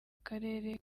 karere